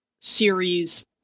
series